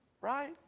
Right